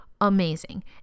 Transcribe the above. amazing